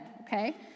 okay